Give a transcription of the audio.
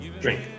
drink